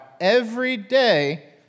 everyday